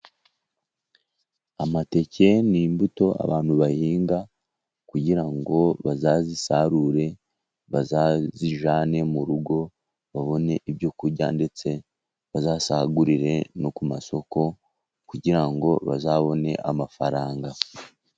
Amateke ni imbuto abantu bahinga, kugira ngo bazazisarure, bazazijyane mu rugo babone ibyo kurya, ndetse bazasagurire no ku masoko, kugira ngo bazabone amafaranga.